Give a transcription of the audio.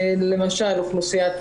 למשל, אוכלוסיית